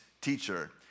teacher